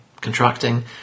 contracting